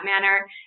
manner